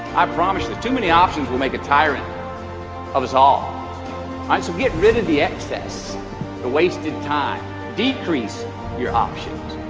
i promise that too many options will make a tyrant of us all so get rid of the excess the wasted time decrease your options